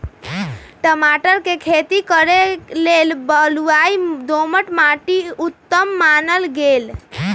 टमाटर कें खेती करे लेल बलुआइ दोमट माटि उत्तम मानल गेल